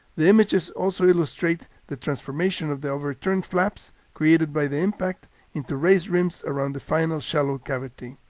the images also illustrate the transformation of the overturned flaps created by the impact into raised rims around the final shallow cavity.